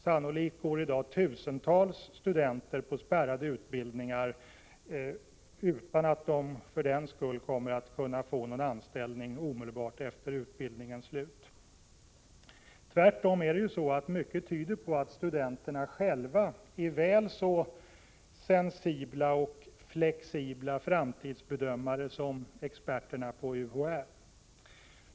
Sannolikt går i dag tusentals studenter på spärrade utbildningar utan att de för den skull kommer att kunna få någon anställning omedelbart efter utbildningens slut. Det är tvärtom mycket som tyder på att studenterna själva är väl så sensibla och flexibla framtidsbedömare som experterna på UHÄ.